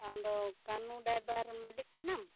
ᱟᱢᱫᱚ ᱠᱟᱹᱱᱩ ᱰᱟᱭᱵᱷᱟᱨ ᱨᱮᱱ ᱢᱟᱹᱞᱤᱠ ᱠᱟᱱᱟᱢ